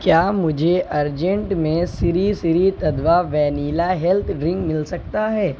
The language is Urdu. کیا مجھے ارجنٹ میں Sri Sri Tattva vanilla health drink مل سکتا ہے